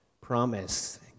promise